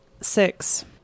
Six